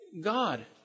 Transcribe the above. God